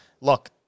look